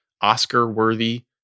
Oscar-worthy